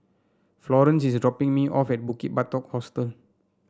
Florance is dropping me off at Bukit Batok Hostel